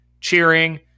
cheering